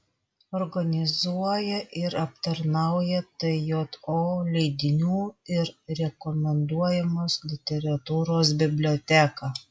organizuoja ir aptarnauja tjo leidinių ir rekomenduojamos literatūros biblioteką